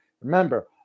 Remember